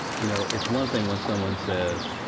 you know, it's one thing when someone says,